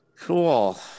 cool